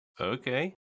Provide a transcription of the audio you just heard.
Okay